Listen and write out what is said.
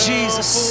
Jesus